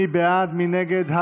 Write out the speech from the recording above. נגד,